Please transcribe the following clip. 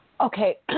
Okay